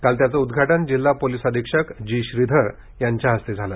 काल त्याचं उद्घाटन जिल्हा पोलीस अधीक्षक जी श्रीधर यांच्या हस्ते झालं